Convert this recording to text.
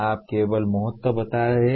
आप केवल महत्व बता रहे हैं